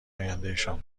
آیندهشان